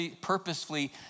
purposefully